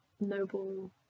noble